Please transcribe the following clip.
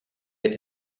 wird